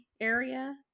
area